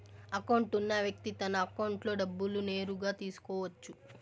account ఉన్న వ్యక్తి తన అకౌంట్లో డబ్బులు నేరుగా తీసుకోవచ్చు